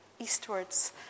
eastwards